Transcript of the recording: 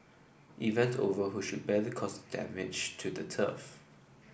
event over who should bear the cost damage to the turf